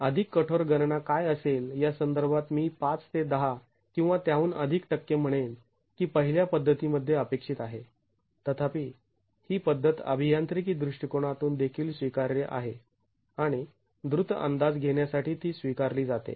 अधिक कठोर गणना काय असेल या संदर्भात मी ५ ते १० किंवा त्याहून अधिक टक्के म्हणेन की पहिल्या पद्धतीमध्ये अपेक्षित आहे तथापि ही पद्धत अभियांत्रिकी दृष्टिकोनातून देखील स्वीकार्य आहे आणि द्रुत अंदाज घेण्यासाठी ती स्वीकारली जाते